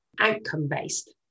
outcome-based